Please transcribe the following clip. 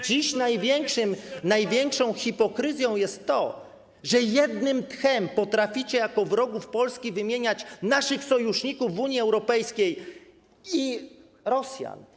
Dziś największą hipokryzją jest to, że jednym tchem potraficie jako wrogów Polski wymieniać naszych sojuszników w Unii Europejskiej i Rosjan.